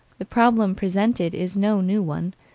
the problem presented is no new one,